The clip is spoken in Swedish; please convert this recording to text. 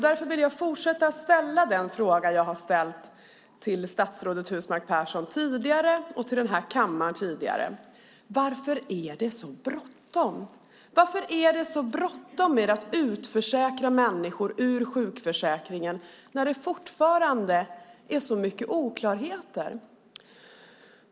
Därför vill jag fortsätta att ställa den fråga jag har ställt till statsrådet Husmark Pehrsson och till den här kammaren tidigare. Varför är det så bråttom? Varför är det så bråttom med att utförsäkra människor ur sjukförsäkringen när det fortfarande är så mycket oklarheter?